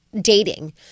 dating